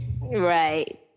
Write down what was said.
right